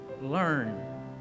learn